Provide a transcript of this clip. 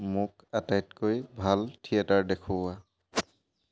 মোক আটাইতকৈ ভাল থিয়েটাৰ দেখুওৱা